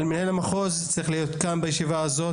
אבל מנהל המחוז צריך להיות כאן בישיבה הזאת,